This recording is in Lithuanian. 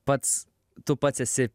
pats tu pats esi